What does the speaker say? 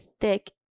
thick